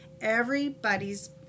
everybody's